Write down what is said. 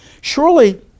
Surely